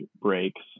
breaks